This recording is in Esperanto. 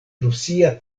rusia